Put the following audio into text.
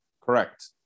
Correct